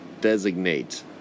Designate